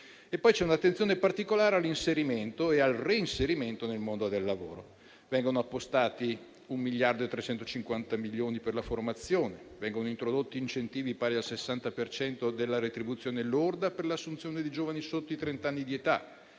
poi un'attenzione particolare all'inserimento e al reinserimento nel mondo del lavoro; vengono appostati un miliardo e 350 milioni per la formazione, introdotti incentivi pari al 60 per cento della retribuzione lorda per l'assunzione di giovani sotto i trenta anni di età,